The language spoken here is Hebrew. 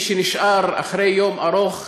מי שנשאר אחרי יום ארוך